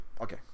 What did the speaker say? Okay